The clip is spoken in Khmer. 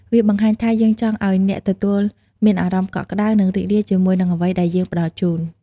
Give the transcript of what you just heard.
វាបង្ហាញថា យើងចង់ឱ្យអ្នកទទួលមានអារម្មណ៍កក់ក្តៅ និងរីករាយជាមួយនឹងអ្វីដែលយើងផ្តល់ជូន។